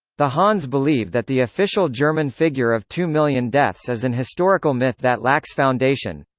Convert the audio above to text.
the hahn's believe that the official german figure of two million deaths is an historical myth that lacks foundation.